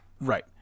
Right